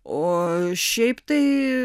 o šiaip tai